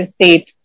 State